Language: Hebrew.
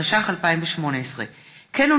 התשע"ח 2018. כמו כן,